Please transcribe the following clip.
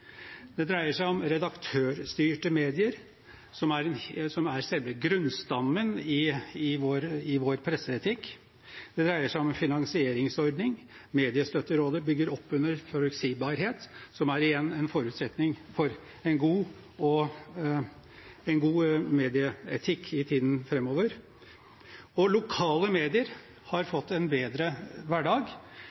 Det dreier seg om redaktørstyrte medier, som er selve grunnstammen i vår presseetikk. Det dreier seg om en finansieringsordning. Mediestøtterådet bygger opp under forutsigbarhet, som igjen er en forutsetning for god medieetikk i tiden framover. Lokale medier har fått en bedre hverdag,